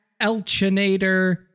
Elchinator